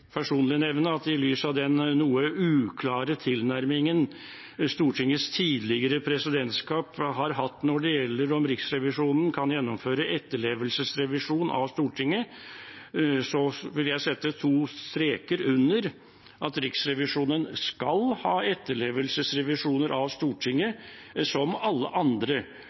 i lys av denne noe uklare tilnærmingen Stortingets tidligere presidentskap har hatt til om Riksrevisjonen kan gjennomføre etterlevelsesrevisjon av Stortinget, vil jeg sette to streker under at Riksrevisjonen skal ha etterlevelsesrevisjon av Stortinget – som av alle andre.